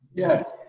yes.